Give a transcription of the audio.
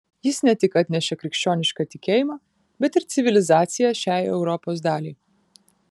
jis ne tik atnešė krikščionišką tikėjimą bet ir civilizaciją šiai europos daliai